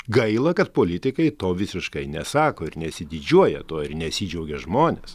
gaila kad politikai to visiškai nesako ir nesididžiuoja tuo nesidžiaugia žmonės